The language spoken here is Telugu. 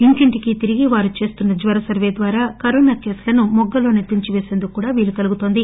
ఇంటింటికీ తిరిగి వారు చేస్తున్న జ్వర సర్వే ద్వారా కరోనా కేసులను మొగ్గలోనే తుంచి చేసేందుకు కూడా వీలు కలుగుతుంది